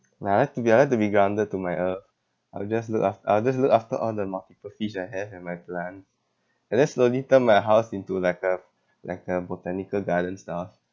nah I like to be I like to be grounded to my uh I'll just look af~ I'll just look after all the multiple fish I have and my plant and then slowly turn my house into like a like a botanical garden stuff